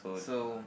so